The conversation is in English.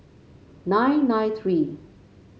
nine nine three